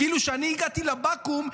כאילו שכשאני הגעתי לבקו"ם,